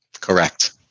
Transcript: Correct